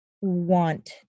want